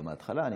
לא מההתחלה.